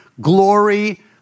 glory